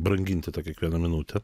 branginti tą kiekvieną minutę